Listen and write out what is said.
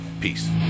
peace